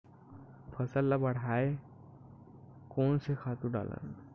फसल ल बढ़ाय कोन से खातु डालन?